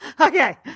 Okay